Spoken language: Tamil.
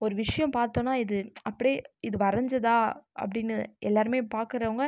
ஒரு விஷயம் பார்த்தோனா இது அப்படே இது வரைஞ்சதா அப்படினு எல்லாருமே பார்க்கறவுங்க